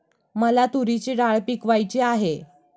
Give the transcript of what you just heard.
मला तूरीची डाळ पिकवायची आहे